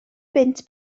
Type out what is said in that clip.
bunt